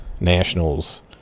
Nationals